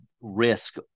risk